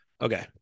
Okay